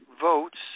votes